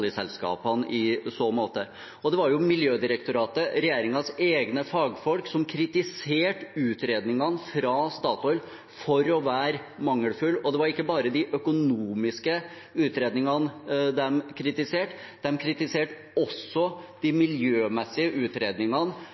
i så måte. Det var jo Miljødirektoratet, regjeringens egne fagfolk, som kritiserte utredningene fra Statoil for å være mangelfulle. Det var ikke bare de økonomiske utredningene de kritiserte. De kritiserte også de miljømessige utredningene